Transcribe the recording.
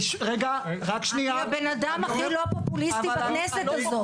אני האדם הכי לא פופוליסטי בכנסת הזאת.